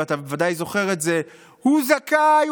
ואתה בוודאי זוכר את זה: הוא זכאי,